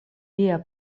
via